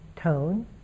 tone